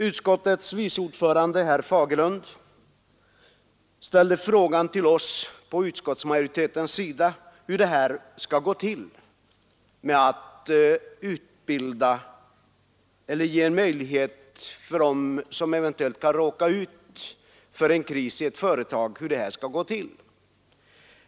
Utskottets vice ordförande herr Fagerlund ställde frågan till oss inom utskottsmajoriteten hur det skall gå till att ge utbildning åt anställda som råkar ut för en kris i ett företag.